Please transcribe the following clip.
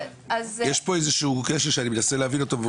יש פה איזשהו כשל שאני מנסה להבין אותו.